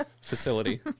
facility